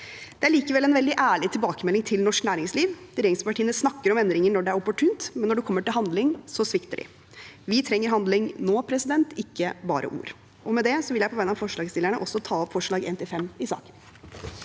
Det er likevel en veldig ærlig tilbakemelding til norsk næringsliv. Regjeringspartiene snakker om endringer når det er opportunt, men når det kommer til handling, svikter de. Vi trenger handling nå, ikke bare ord. Med det vil jeg på vegne av de ulike forslagsstillerne ta opp forslagene nr. 1–5 i saken.